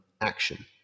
action